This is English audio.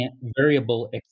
variable